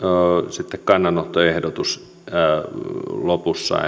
sitten kannanottoehdotus lopussa